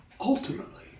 ultimately